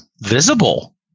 visible